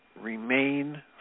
remain